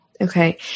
Okay